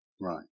Right